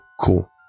cool